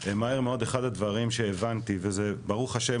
וכשנכנסתי מהר מאוד אחד הדברים שהבנתי -וברוך השם